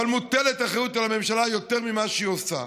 אבל מוטלת אחריות על הממשלה, יותר ממה שהיא עושה,